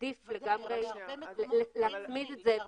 עדיף לגמרי להצמיד את זה.